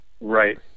right